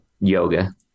yoga